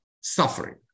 suffering